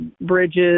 bridges